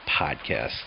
Podcast